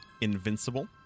Invincible